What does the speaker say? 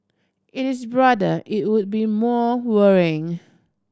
it is broader it would be more worrying